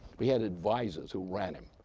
but he had advisors who ran him.